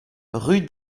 rue